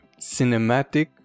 cinematic